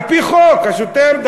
על-פי חוק: השוטר,